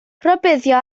rhybuddio